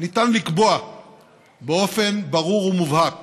ניתן לקבוע באופן ברור ומובהק